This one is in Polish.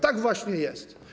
Tak właśnie jest.